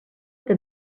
que